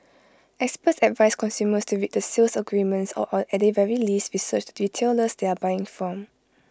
experts advise consumers to read the sales agreements or at the very least research the retailers they are buying from